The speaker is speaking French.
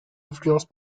influence